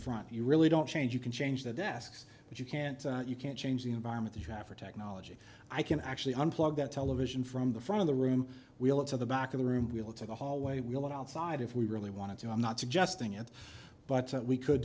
front you really don't change you can change the desks but you can't you can't change the environment the traffic technology i can actually unplug that television from the front of the room wheel it to the back of the room we'll it's a hallway we'll let outside if we really want to i'm not suggesting it but we could